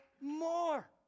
more